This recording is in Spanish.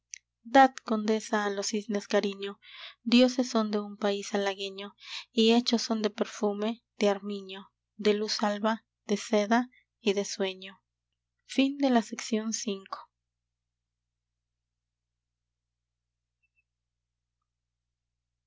dad condesa a los cisnes cariño dioses son de un país halagüeño y hechos son de perfume de armiño de luz alba de seda y de sueño